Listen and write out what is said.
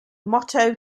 motto